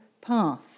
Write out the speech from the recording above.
path